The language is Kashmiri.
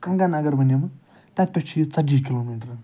کنٛگَن اَگر بہٕ نِمہٕ تَتہِ پٮ۪ٹھ چھِ یہِ ژَتجی کِلوٗمیٖٹَر